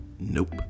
Nope